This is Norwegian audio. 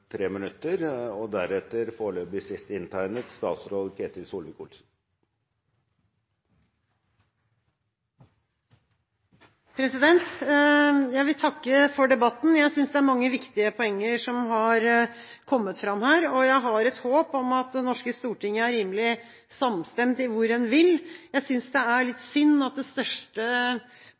mange viktige poeng som har kommet fram her, og jeg har et håp om at Det norske storting er rimelig samstemt i hvor en vil. Jeg synes det er litt synd at det største